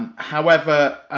however,